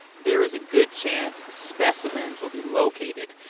there is a good chance specimens will be located,